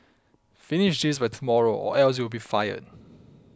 finish this by tomorrow or else you'll be fired